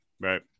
right